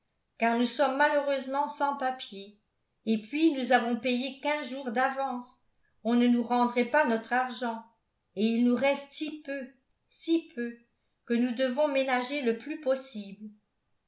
car nous sommes malheureusement sans papiers et puis nous avons payé quinze jours d'avance on ne nous rendrait pas notre argent et il nous reste si peu si peu que nous devons ménager le plus possible